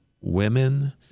women